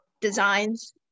designs